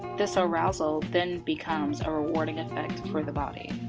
this ah arousal then becomes a rewarding effect for the body.